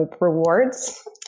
rewards